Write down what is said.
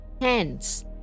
Hence